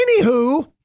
Anywho